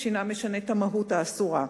משנה את המהות האסורה.